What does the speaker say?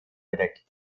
bedeckt